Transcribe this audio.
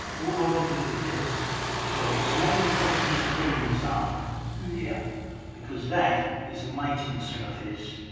all i would do with this is i'll get some emery cloth and just clean this up here because that is a mating surface